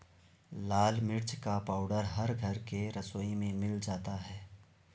लाल मिर्च का पाउडर हर घर के रसोई में मिल जाता है